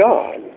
God